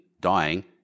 dying